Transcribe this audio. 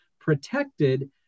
protected